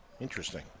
Interesting